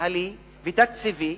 מינהלי ותקציבי,